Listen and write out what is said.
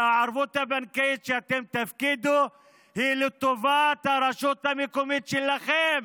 והערבות הבנקאית שאתם תפקידו היא לטובת הרשות המקומית שלכם